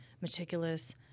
meticulous